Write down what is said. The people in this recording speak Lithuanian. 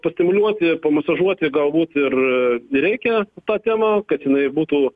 pastimuliuoti pamasažuoti galbūt ir reikia tą temą kad jinai būtų